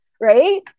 right